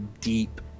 deep